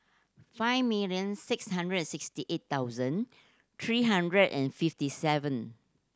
five million six hundred and sixty eight thousand three hundred and fifty seven